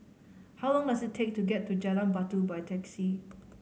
how long does it take to get to Jalan Batu by taxi